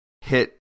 hit